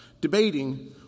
debating